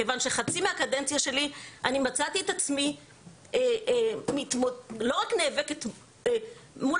מכיוון שחצי מהקדנציה שלי מצאתי את עצמי לא רק נאבקת מול